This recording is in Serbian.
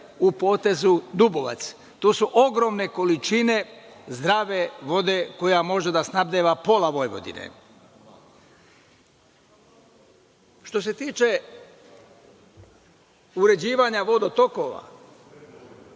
u potezu Dubovac. To su ogromne količine zdrave vode koja može da snabdeva pola Vojvodine. Što se tiče uređivanja vodotokova,